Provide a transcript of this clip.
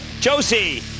Josie